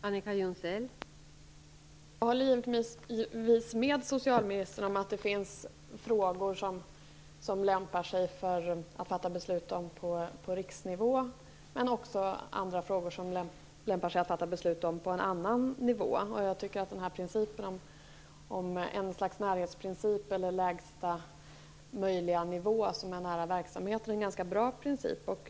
Fru talman! Jag håller givetvis med socialministern om att det finns frågor som det lämpar sig att fatta beslut om på riksnivå, liksom att det finns frågor som det lämpar sig att fatta beslut om på en annan nivå. Jag tycker att ett slags närhetsprincip, en princip om lägsta möjliga nivå nära verksamheten, är en ganska bra princip.